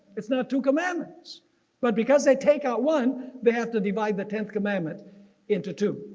it's not two commandments but because they take out one they have to divide the tenth commandment into two.